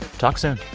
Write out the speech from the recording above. talk soon